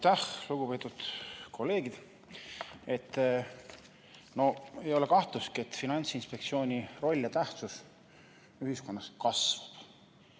lugupeetud kolleegid! Ei ole kahtlustki, et Finantsinspektsiooni roll ja tähtsus ühiskonnas kasvab.